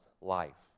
life